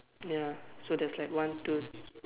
ya so there's like one two